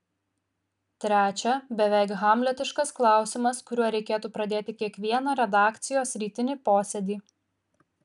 trečia beveik hamletiškas klausimas kuriuo reikėtų pradėti kiekvieną redakcijos rytinį posėdį